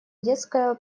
детская